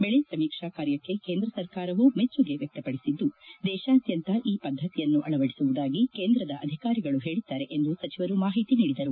ಬೆಳೆ ಸಮೀಕ್ಷಾ ಕಾರ್ಯಕ್ಕೆ ಕೇಂದ್ರ ಸರ್ಕಾರವೂ ಮೆಚ್ಚುಗೆ ವ್ಯಕ್ತಪಡಿಸಿದ್ದು ದೇಶಾದ್ಯಂತ ಈ ಪದ್ದತಿಯನ್ನು ಅಳವಡಿಸುವುದಾಗಿ ಕೇಂದ್ರದ ಅಧಿಕಾರಿಗಳು ಹೇಳಿದ್ದಾರೆ ಎಂದು ಸಚಿವರು ಮಾಹಿತಿ ನೀಡಿದರು